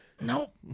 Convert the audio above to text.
nope